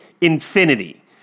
Infinity